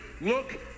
Look